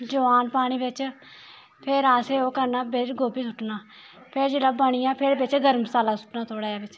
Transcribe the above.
जवैन पानी बिच्च फिर असें ओह् करना बिच्च गोभी सुट्टना फिर जेल्लै ओह् बनी जा बिच्च गरम मसाला सुट्टना बिच्च थोड़ा जेहा बिच्च